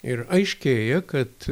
ir aiškėja kad